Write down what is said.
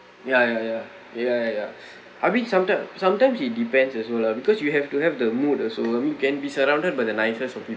ya ya ya ya ya ya I mean sometime sometimes it depends also lah because you have to have the mood also I mean can be surrounded by the nicest of people